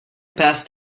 passed